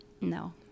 no